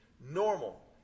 Normal